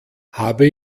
habe